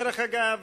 דרך אגב,